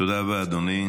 תודה רבה, אדוני.